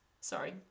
Sorry